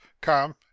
come